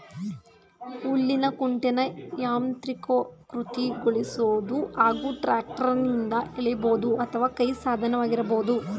ಹುಲ್ಲಿನ ಕುಂಟೆನ ಯಾಂತ್ರೀಕೃತಗೊಳಿಸ್ಬೋದು ಹಾಗೂ ಟ್ರ್ಯಾಕ್ಟರ್ನಿಂದ ಎಳಿಬೋದು ಅಥವಾ ಕೈ ಸಾಧನವಾಗಿರಬಹುದು